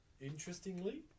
Interestingly